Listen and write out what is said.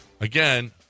Again